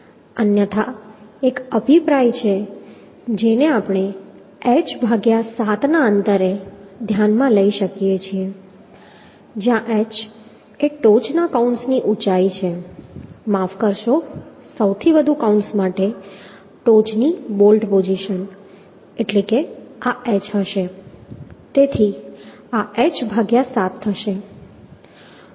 અન્યથા એક અભિપ્રાય છે જેને આપણે h ભાગ્યા 7 ના અંતરે ધ્યાનમાં લઈ શકીએ છીએ જ્યાં h એ ટોચના કૌંસથી ઊંચાઈ છે માફ કરશો સૌથી વધુ કૌંસ માટે ટોચની બોલ્ટ પોઝિશન એટલે કે આ h હશે તેથી આ h ભાગ્યા 7 થશે